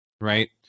Right